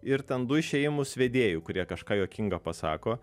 ir ten du išėjimus vedėjų kurie kažką juokingo pasako